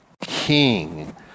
king